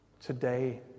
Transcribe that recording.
Today